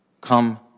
come